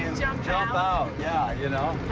jump out, yeah, you know?